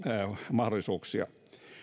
mahdollisuuksia